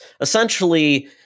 essentially